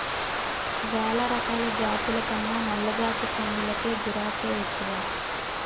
వేలరకాల జాతుల కన్నా నల్లజాతి పందులకే గిరాకే ఎక్కువ